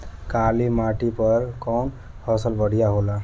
काली माटी पर कउन फसल बढ़िया होला?